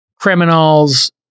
criminals